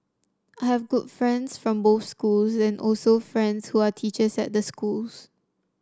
I have good friends from both schools and also friends who are teachers at the schools